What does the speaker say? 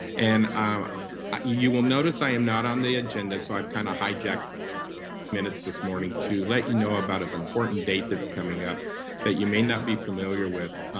and um ah you will notice i am not on the agenda, so i've kind of hijacked minutes this morning to let you know about an important date that's coming up that you may not be familiar with.